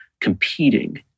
competing